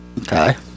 Okay